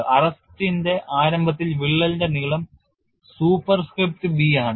അറസ്റ്റിന്റെ ആരംഭത്തിൽ വിള്ളലിന്റെ നീളം സൂപ്പർസ്ക്രിപ്റ്റ് b ആണ്